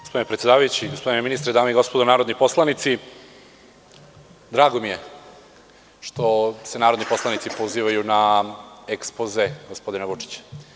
Gospodine predsedavajući, gospodine ministre, dame i gospodo narodni poslanici, drago mi je što se narodni poslanici pozivaju na ekspoze gospodina Vučića.